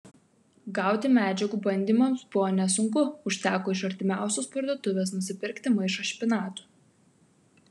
gauti medžiagų bandymams buvo nesunku užteko iš artimiausios parduotuvės nusipirkti maišą špinatų